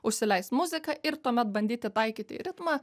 užsileist muziką ir tuomet bandyti taikyt į ritmą